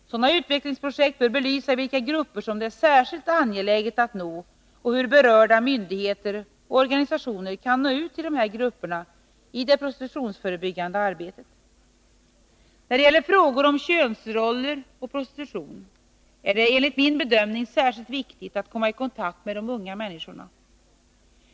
Sådana utvecklingsprojekt bör belysa vilka grupper det är särskilt angeläget att nå och hur berörda myndigheter och organisationer kan nå ut till dessa grupper i det prostitutionsförebyggande arbetet. När det gäller frågor om könsroller och prostitution är det enligt min bedömning särskilt viktigt att komma i kontakt med unga människor.